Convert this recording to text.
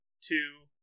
two